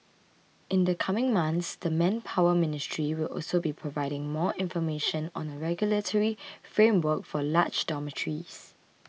in the coming months the Manpower Ministry will also be providing more information on a regulatory framework for large dormitories